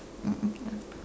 mm ya